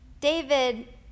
David